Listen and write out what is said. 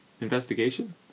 Investigation